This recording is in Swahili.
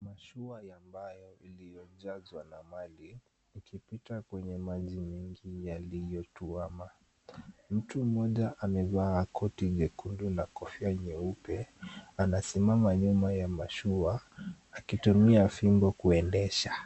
Mashua ambayo iliyojazwa na mali ikipita kwenye maji mingi yaliyotuwama. Mtu mmoja amevaa koti jekundu na kofia nyeupe, anasimama nyuma ya mashua akitumia fimbo kuendesha.